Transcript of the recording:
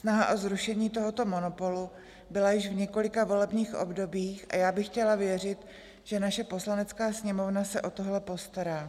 Snaha o zrušení tohoto monopolu byla již v několika volebních obdobích a já bych chtěla věřit, že naše Poslanecká sněmovna se o tohle postará.